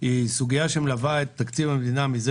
היא סוגיה שמלווה את תקציב המדינה מזה